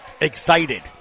excited